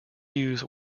use